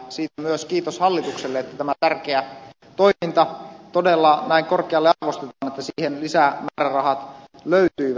siitä myös kiitos hallitukselle että tämä tärkeä toiminta todella näin korkealle arvostetaan että siihen lisämäärärahat löytyivät